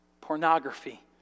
pornography